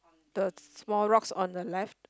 the small rocks on the left